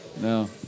No